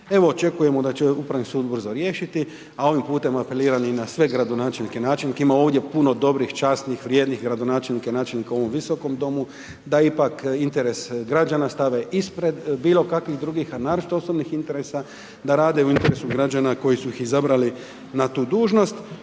Evo, očekujemo da će Upravi sud ubrzo riješiti, a ovim putem apeliram i na sve gradonačelnike i načelnike ima ovdje puno dobrih, časnih, vrijednih gradonačelnika i načelnika u ovom visokom domu, da ipak interes građana stave ispred bilo kakvih drugih, a naročito osobnih interesa, da rade u interesu građana koji su ih izabrali na tu dužnost.